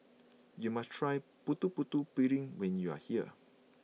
you must try Putu Putu Piring when you are here